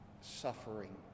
suffering